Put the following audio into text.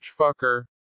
fucker